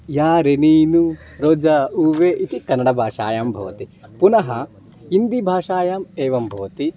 यारे नीनु रोजा ऊवे इति कन्नडभाषायां भवति पुनः हिन्दिभाषायाम् एवं भवति